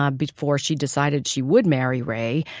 um before she decided she would marry ray,